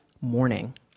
morning